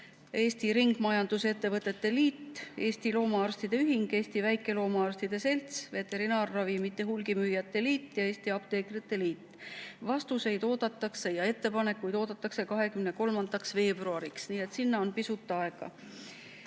Eesti Ringmajanduse Ettevõtete Liit, Eesti Loomaarstide Ühing, Eesti Väikeloomaarstide Selts, [Eesti] Veterinaarravimite Hulgimüüjate Liit ja Eesti Apteekrite Liit. Vastuseid ja ettepanekuid oodatakse 23. veebruariks, nii et sinna on pisut aega.